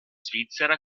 svizzera